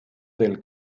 del